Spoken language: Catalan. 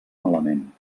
malament